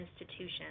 institutions